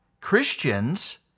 Christians